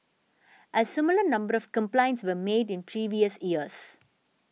a similar number of complaints were made in previous years